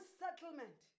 settlement